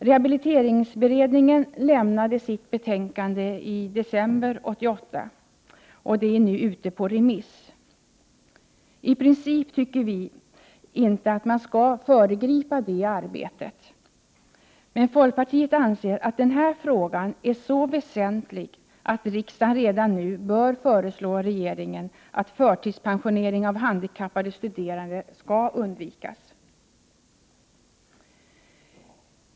Rehabiliteringsberedningen lämnade sitt betänkande i december 1988, och det är nu ute på remiss. I princip tycker vi i folkpartiet inte att man skall föregripa det arbetet. Men folkpartiet anser att den här frågan är så väsentlig att riksdagen redan nu bör föreslå regeringen att förtidspensionering av handikappade studerande skall undvikas.